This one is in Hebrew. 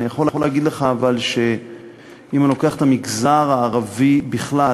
אבל אני יכול להגיד לך שאם אני לוקח את המגזר הערבי בכלל,